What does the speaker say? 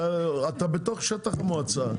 אתה בתוך שטח המועצה.